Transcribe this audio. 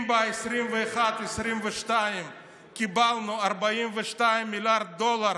אם ב-2022-2021 קיבלנו 42 מיליארד דולר